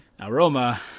Aroma